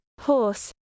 horse